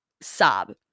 sob